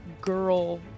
girl